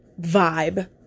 vibe